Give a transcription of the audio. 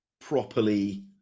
properly